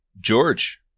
George